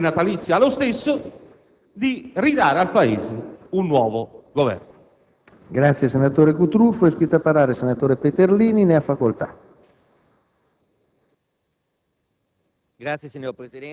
la vostra visita prenatalizia allo stesso, di ridare al Paese un nuovo Governo.